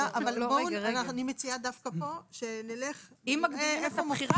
אני מציעה שדווקא פה נראה איפה מופיע --- אם מגדירים את הבחירה,